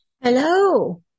Hello